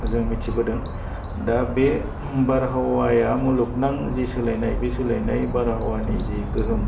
जों मिथिबोदों दा बे बारहावाया मुलुगनां जे सोलायनाय बे सोलायनाय बारहावानि जि गोहोम